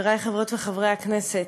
חברי חברות וחברי הכנסת.